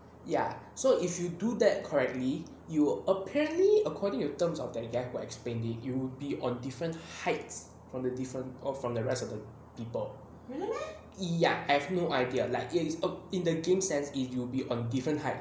ya so if you do that correctly you apparently according to terms of their way to explain it you'll be on different heights from the different all from the rest of the people ya I've no idea like it's it's um in the game sense you will be on different height